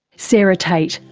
sarah tate,